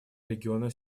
региона